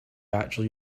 actually